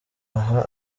aha